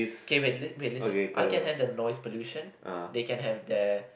K wait wait listen I can have the noise pollution they can have the